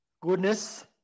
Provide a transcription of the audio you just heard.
goodness